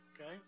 Okay